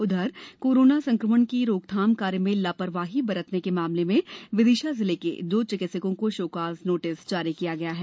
उधर कोरोना संकमण की रोकथाम कार्य में लापरवाही बरतने के मामले में विदिशा जिले के दो चिकित्सकों को शोकॉज नोटिस जारी किया गया है